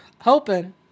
hoping